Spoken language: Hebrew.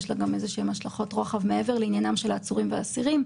יש לה גם איזשהן השלכות רוחב מעבר לעניינם של העצורים והאסירים,